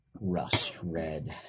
rust-red